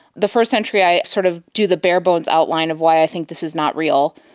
the first entry i sort of do the barebones outline of why i think this is not real.